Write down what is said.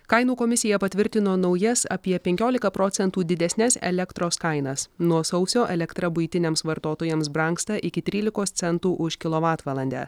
kainų komisija patvirtino naujas apie penkiolika procentų didesnes elektros kainas nuo sausio elektra buitiniams vartotojams brangsta iki trylikos centų už kilovatvalandę